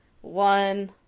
One